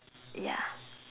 ya